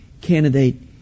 candidate